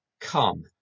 come